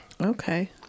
Okay